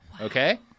Okay